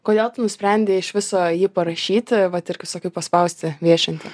kodėl tu nusprendei iš viso jį parašyti vat ir kaip sakai paspausti viešinti